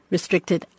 Restricted